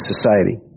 society